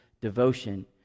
devotion